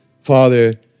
Father